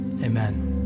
Amen